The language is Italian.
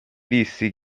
dissi